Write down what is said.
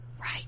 Right